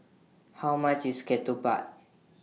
How much IS Ketupat